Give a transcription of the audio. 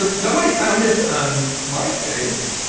ah somebody's founded um myspace,